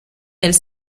elle